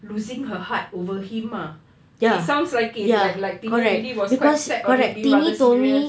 losing her heart over him ah it sounds like it like like tini really was quite set on it being rather serious